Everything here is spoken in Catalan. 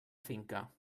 finca